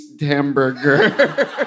hamburger